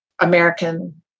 American